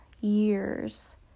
years